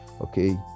okay